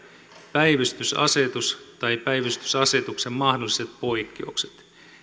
päivystysasetus tai päivystysasetuksen mahdolliset poikkeukset